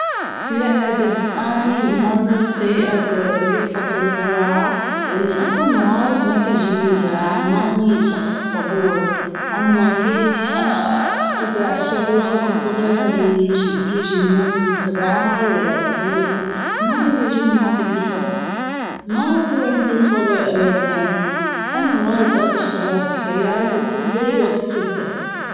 لا أبد، أني مرة سيئة ب- بقصة الزراعة. لأني أصلاً وايد ما تعجبني زراعة ماني شخص صبور. أنا ما فيني ازرع الشغلة و انتظرها لين يجي- يجي الموسم تبعها، ما يعجبني هذي القصص و ما عندي الصبر أبداً. انا وايد ابي الشغلات السريعة اللي تنتهي وقت تبدأ.